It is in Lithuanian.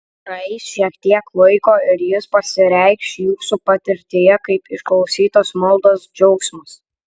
praeis šiek tiek laiko ir jis pasireikš jūsų patirtyje kaip išklausytos maldos džiaugsmas